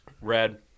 Red